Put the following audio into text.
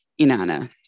Inanna